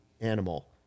animal